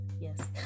Yes